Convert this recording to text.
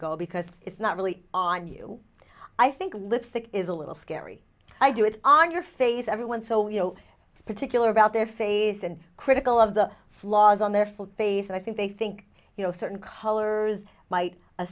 go because it's not really on you i think lipstick is a little scary i do it on your face everyone's so you know particular about their face and critical of the flaws on their face i think they think you know certain colors might